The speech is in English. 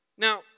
Now